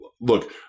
look